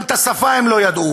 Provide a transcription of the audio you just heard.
גם את השפה הם לא ידעו.